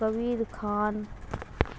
Kabir Khan